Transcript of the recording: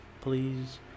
please